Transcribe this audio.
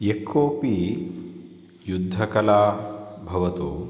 यः कोपि युद्धकला भवतु